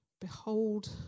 Behold